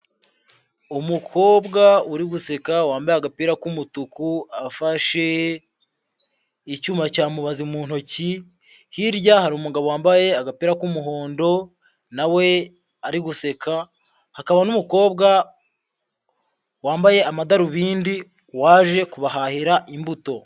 Umukobwa uri guseka wambaye agapira k'umutuku afashe icyuma cya mubazi mu ntoki, hirya hari umugabo wambaye agapira k'umuhondo nawe ari guseka, hakaba n'umukobwa wambaye amadarubindi waje kubahahira imbuto.